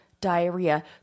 diarrhea